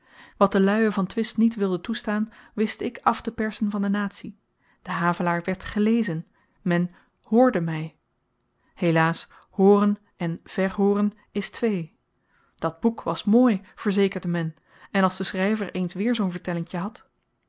wat de luie van twist niet wilde toestaan wist ik aftepersen van de natie de havelaar werd gelezen men hoorde my helaas hooren en verhooren is twee dat boek was mooi verzekerde men en als de schryver eens weer zoo'n vertellinkje had